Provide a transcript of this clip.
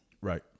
Right